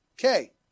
okay